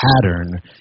pattern